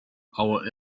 our